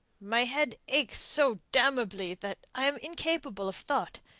my head aches so damnably that i am incapable of thought.